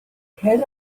cer